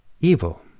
evil